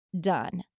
done